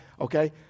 Okay